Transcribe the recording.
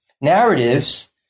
narratives